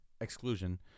exclusion